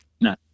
No